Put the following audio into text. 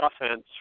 offense